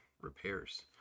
repairs